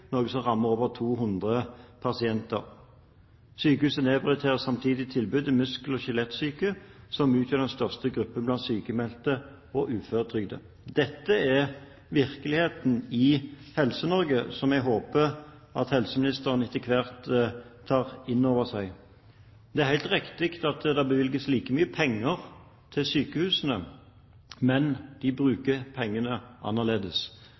som rammer over 200 pasienter. Sykehuset nedprioriterer samtidig tilbudet til muskel- og skjelettsyke, som utgjør den største gruppen blant sykmeldte og uføretrygdede. Dette er virkeligheten i Helse-Norge, som jeg håper at helseministeren etter hvert tar inn over seg. Det er helt riktig at det bevilges like mye penger til sykehusene, men pengene brukes annerledes.